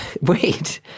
Wait